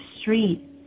street